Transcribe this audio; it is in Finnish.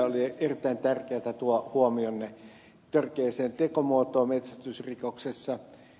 oli erittäin tärkeätä tuo huomionne törkeään tekomuotoon metsästysrikoksessa